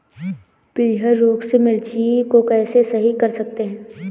पीहर रोग से मिर्ची को कैसे सही कर सकते हैं?